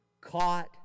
caught